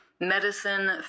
medicine